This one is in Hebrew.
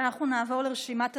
אנחנו נעבור לרשימת הדוברים.